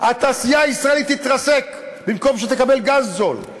התעשייה הישראלית תתרסק במקום שתקבל גז זול.